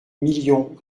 million